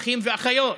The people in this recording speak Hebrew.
אחים ואחיות,